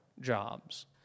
jobs